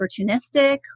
opportunistic